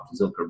Zilker